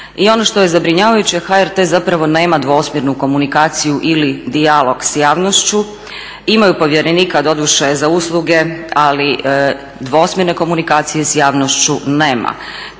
I ono što je zabrinjavajuće HRT zapravo nema dvosmjernu komunikaciju ili dijalog sa javnošću, imaju povjerenika doduše za usluge ali dvosmjerne komunikacije sa javnošću nema.